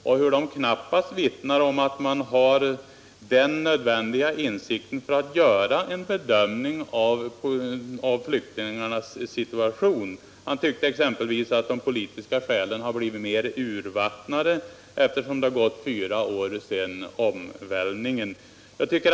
De vittnar knappast om den insikt som är nödvändig för att göra en bedömning av flyktingarnas situation. Han tyckte exempelvis att de politiska skälen blivit mer urvattnade eftersom det gått fyra år sedan omvälvningen.